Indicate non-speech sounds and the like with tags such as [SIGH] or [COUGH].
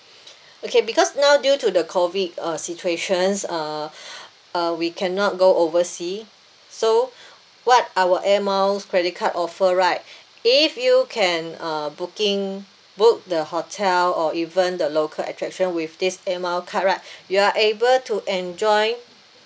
okay because now due to the COVID uh situations uh [BREATH] uh we cannot go oversea so [BREATH] what our air miles credit card offer right [BREATH] if you can uh booking book the hotel or even the local attraction with this air mile card right [BREATH] you are able to enjoy